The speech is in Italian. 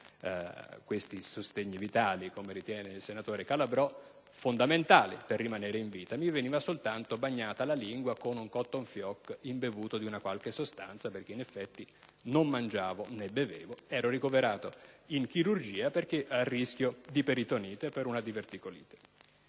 questi sostegni vitali, come li ritiene il senatore Calabrò, sono stati fondamentali per rimanere in vita. Mi veniva soltanto bagnata la lingua con un cotton fioc imbevuto di una qualche sostanza, perché in effetti non mangiavo né bevevo. Ero ricoverato in chirurgia perché a rischio di peritonite per una diverticolite.